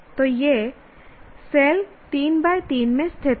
तो यह सेल 3 3 में स्थित है